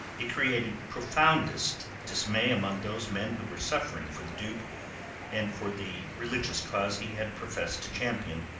it created profoundest dismay amongst those men who were suffering for the duke and for the religious cause he had professed to champion.